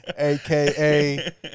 AKA